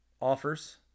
offers